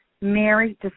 Mary